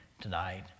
tonight